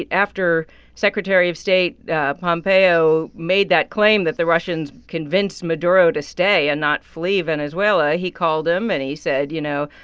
after secretary of state pompeo made that claim that the russians convinced maduro to stay and not flee venezuela, he called him, and he said, you know,